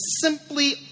simply